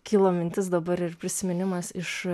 kilo mintis dabar ir prisiminimas iš